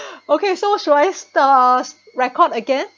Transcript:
okay so shall I starts record again